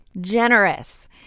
Generous